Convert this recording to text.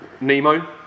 Nemo